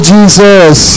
Jesus